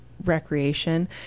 recreation